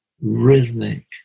rhythmic